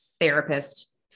therapist